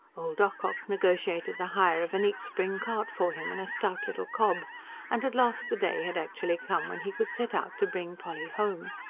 old ocock negotiated the hire of a neat spring cart for him, and a stout little cob and at last the day had actually come, when he could set out to bring polly home.